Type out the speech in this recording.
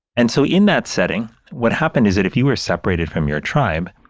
and so in that setting, what happened is that if you were separated from your tribe,